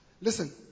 Listen